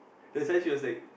that is why she was like